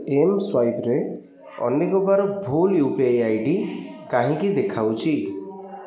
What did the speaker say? ଏମ୍ସ୍ୱାଇପ୍ରେ ଅନେକବାର ଭୁଲ୍ U P I I D କାହିଁକି ଦେଖାଉଛି